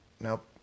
Nope